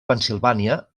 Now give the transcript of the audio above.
pennsilvània